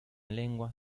lenguas